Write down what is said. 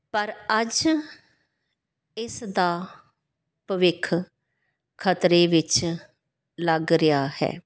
ਪਰ ਅੱਜ ਇਸ ਦਾ ਭਵਿੱਖ ਖਤਰੇ ਵਿੱਚ ਲੱਗ ਰਿਹਾ ਹੈ